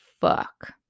fuck